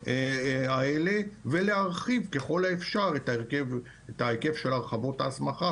האלה ולהרחיב ככל האפשר את ההיקף של הרחבות ההסמכה